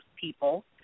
people